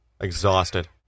Exhausted